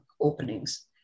openings